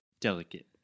delicate